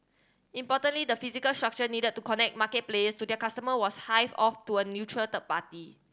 importantly the physical structure needed to connect market players to their customer was hived off to a neutral third party